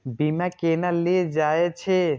बीमा केना ले जाए छे?